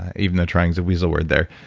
even though trying's a weasel word there,